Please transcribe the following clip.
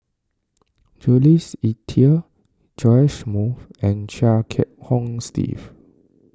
Jules Itier Joash Moo and Chia Kiah Hong Steve